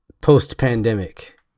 post-pandemic